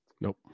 Nope